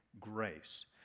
grace